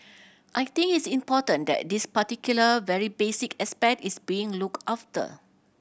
I think it's important that this particular very basic aspect is being looked after